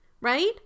right